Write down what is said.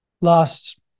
last